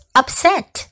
upset